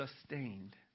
sustained